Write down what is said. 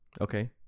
Okay